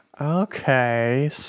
Okay